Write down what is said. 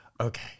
okay